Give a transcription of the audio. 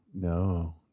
no